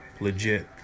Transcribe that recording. legit